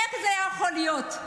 איך זה יכול להיות?